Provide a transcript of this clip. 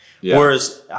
Whereas